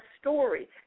story